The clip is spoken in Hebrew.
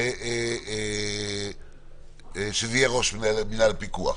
שזה יהיה ראש יחידת הפיקוח.